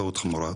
טעות חמורה.